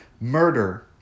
murder